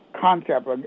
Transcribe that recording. concept